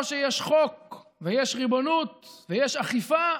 או שיש חוק ויש ריבונות ויש אכיפה,